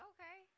Okay